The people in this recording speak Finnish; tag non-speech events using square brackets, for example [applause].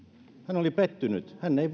hän oli pettynyt hän ei [unintelligible]